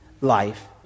life